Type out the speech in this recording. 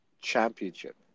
championship